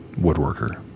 woodworker